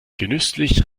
genüsslich